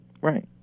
Right